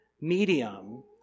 medium